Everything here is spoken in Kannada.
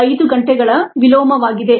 5 ಗಂಟೆಗಳ ವಿಲೋಮವಾಗಿದೆ